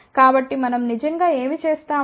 కాబట్టి మనం నిజంగా ఏమి చేస్తాము